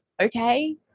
Okay